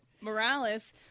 Morales